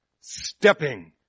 stepping